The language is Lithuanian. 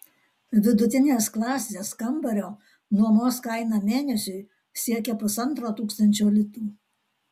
vidutinės klasės kambario nuomos kaina mėnesiui siekia pusantro tūkstančio litų